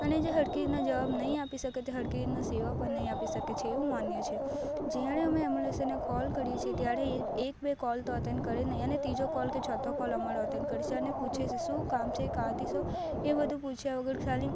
અને જે સરખી રીતના જવાબ નહીં આપી શકે તે સરખી રીતના સેવા પણ નહીં આપી શકે છે એવું માનીએ છીએ જ્યારે અમે એમ્બુલન્સને કોલ કરીએ છે ત્યારે એ એક બે કોલ તો એટેંડ કરે નહીં અને ત્રીજો કોલ કે ચોથો કોલ અમારો અટેન કરે છે અને પૂછે છે શું કામ છે ક્યાંથી છો એ બધું પૂછ્યા વગર ખાલી